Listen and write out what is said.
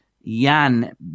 Yan